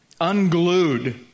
unglued